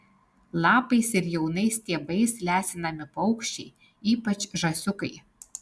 lapais ir jaunais stiebais lesinami paukščiai ypač žąsiukai